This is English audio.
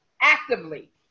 actively